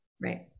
Right